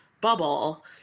bubble